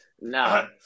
No